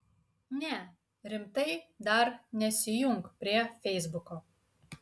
ne rimtai dar nesijunk prie feisbuko